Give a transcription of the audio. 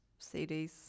CDs